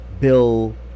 bill